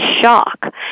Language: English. shock